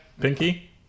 Pinky